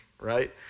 right